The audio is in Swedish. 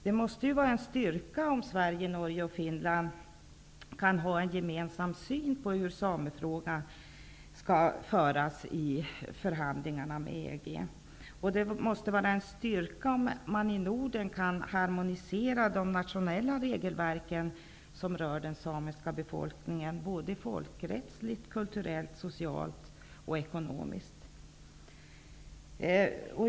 Det måste vara en styrka om Sverige, Norge och Finland kan ha en gemensam syn på hur samefrågan skall hanteras i förhandlingarna med EG. Vidare måste det vara en styrka om man i Norden kan harmonisera de nationella regelverk som rör den samiska befolkningen, såväl folkrättsligt som kulturellt, socialt och ekonomiskt.